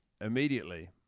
immediately